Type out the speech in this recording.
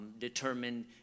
determined